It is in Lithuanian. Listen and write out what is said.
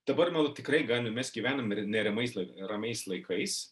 dabar manau tikrai gan mes gyvenam neramiais ramiais laikais